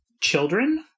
Children